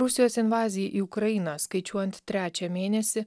rusijos invazijai į ukrainą skaičiuojant trečią mėnesį